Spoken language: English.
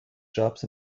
shops